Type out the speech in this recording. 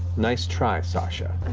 nice try, sasha.